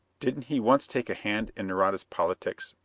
didn't he once take a hand in nareda's politics?